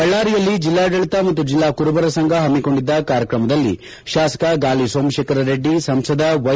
ಬಳ್ಳಾರಿಯಲ್ಲಿ ಜಿಲ್ವಾಡಳಿತ ಮತ್ತು ಜಿಲ್ಲಾ ಕುರುಬರ ಸಂಘ ಹಮ್ಮಿಕೊಂಡಿದ್ದ ಕಾರ್ಯಕ್ರಮದಲ್ಲಿ ಶಾಸಕ ಗಾಲಿ ಸೋಮಶೇಖರ ರೆಡ್ಡಿ ಸಂಸದ ವೈ